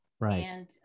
right